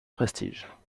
prestige